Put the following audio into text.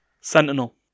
Sentinel